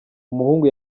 umuhungu